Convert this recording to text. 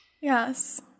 Yes